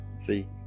See